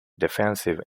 defensive